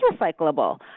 recyclable